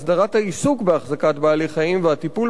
העיסוק בהחזקת בעלי-חיים והטיפול בהם,